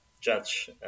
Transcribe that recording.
judge